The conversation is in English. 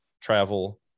travel